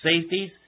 safeties